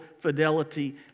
fidelity